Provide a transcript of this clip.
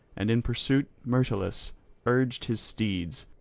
and in pursuit myrtilus urged his steeds,